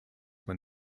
when